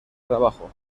trabajo